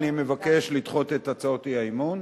אני מבקש לדחות את הצעות האי-אמון,